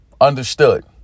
understood